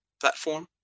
platform